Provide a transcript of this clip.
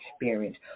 experience